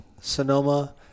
sonoma